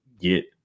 get